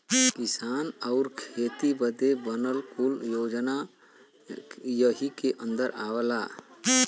किसान आउर खेती बदे बनल कुल योजना यही के अन्दर आवला